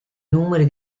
numeri